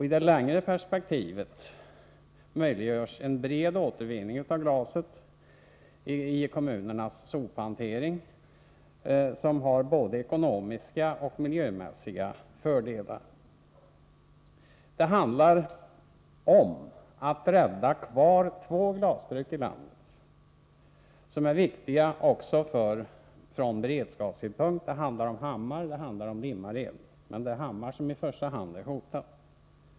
I det längre perspektivet möjliggörs en bred återvinning av glaset i kommunernas sophantering, något som har både ekonomiska och miljömässiga fördelar. Det handlar om att rädda kvar två glasbruk i landet, som är viktiga också ur beredskapssynpunkt. Det gäller Hammars glasbruk och Limmared. Men det är Hammar som i första hand är hotat.